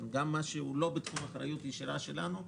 הגם שהוא לא בתחום אחריות ישירה שלנו.